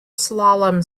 slalom